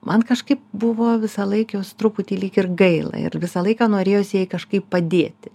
man kažkaip buvo visą laiką jos truputį lyg ir gaila ir visą laiką norėjosi jai kažkaip padėti